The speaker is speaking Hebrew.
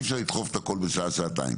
אפשר לדחוף את הכול בשעה וחצי שעתיים